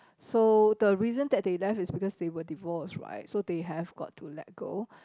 so the reason that they left is because they were divorced right so they have got to let go